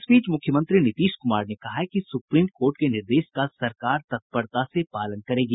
इस बीच मुख्यमंत्री नीतीश कुमार ने कहा है कि सुप्रीम कोर्ट के निर्देश का सरकार तत्परता से पालन करेगी